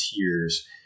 tears